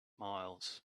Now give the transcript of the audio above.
miles